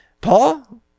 Paul